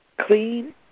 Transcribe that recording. Clean